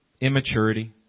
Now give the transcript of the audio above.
immaturity